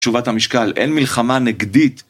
תשובת המשקל, אין מלחמה נגדית!